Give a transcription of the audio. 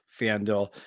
FanDuel